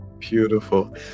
beautiful